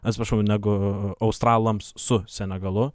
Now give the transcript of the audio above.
atsiprašau negu australams su senegalu